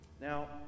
Now